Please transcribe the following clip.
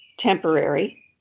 Temporary